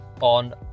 on